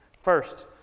First